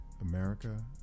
America